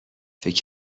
فکر